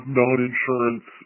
non-insurance